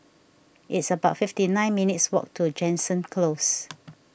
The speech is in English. it's about fifty nine minutes' walk to Jansen Close